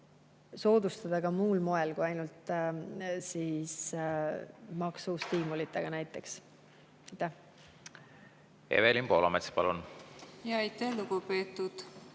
soodustada ka muul moel kui ainult maksustiimulitega näiteks. Evelin Poolamets, palun! Aitäh, lugupeetud